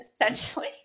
essentially